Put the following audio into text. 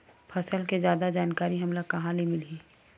फसल के जादा जानकारी हमला कहां ले मिलही?